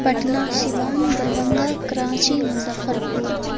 پٹنہ سیوان دربھنگہ کراچی مظفر پور